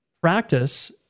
practice